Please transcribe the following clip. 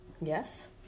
Yes